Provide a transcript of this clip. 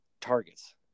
targets